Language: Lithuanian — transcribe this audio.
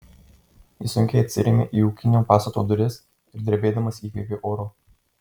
jis sunkiai atsirėmė į ūkinio pastato duris ir drebėdamas įkvėpė oro